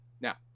Now